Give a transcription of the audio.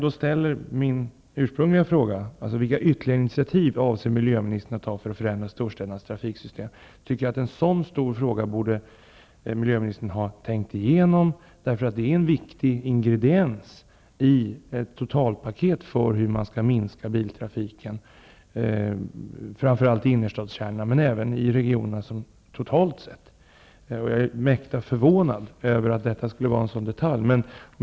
Min ursprungliga fråga var: Vilka ytterligare initiativ avser miljöministern att ta för att förändra storstädernas trafiksystem? En så stor fråga borde miljöministern ha tänkt igenom. Det är en viktig ingrediens i ett totalpaket för hur man skall minska biltrafiken, framför allt i innerstadskärnorna, men även i regionerna totalt sett. Jag är mäkta förvånad över att detta skulle vara en detalj.